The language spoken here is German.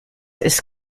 ist